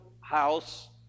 house